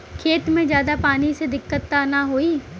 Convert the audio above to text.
खेत में ज्यादा पानी से दिक्कत त नाही होई?